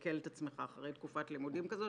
לכלכל את עצמך אחרי תקופת לימודים כזו,